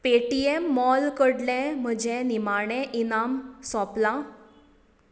Paytm mall कडले म्हजें निमाणें इनाम सोंपलां